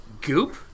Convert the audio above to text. Goop